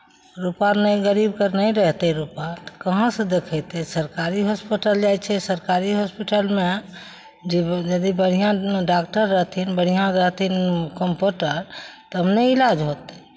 रुपैआ नहि गरीबकेँ नहि रहतै रुपैआ तऽ कहाँसँ देखयतै सरकारी हॉस्पिटल जाइ छै सरकारी हॉस्पिटलमे यदि बढ़िआँ डॉक्टर रहथिन बढ़िआँ रहथिन कम्पाउडर तब ने इलाज होतै